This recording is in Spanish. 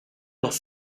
los